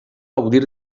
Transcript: gaudir